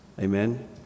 Amen